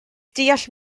deall